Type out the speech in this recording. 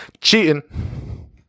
Cheating